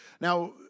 Now